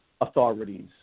authorities